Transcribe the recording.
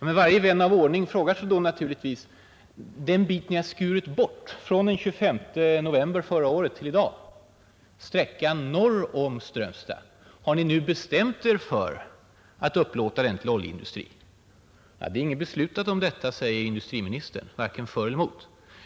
Men varje vän av ordning frågar sig då naturligtvis: Den bit ni har skurit bort från den 25 november förra året till i dag, alltså sträckan norr om Strömstad, har ni nu bestämt er för att upplåta den till oljeindustrin? Ja, det är inget beslutat om detta, säger industriministern, vare sig för eller emot.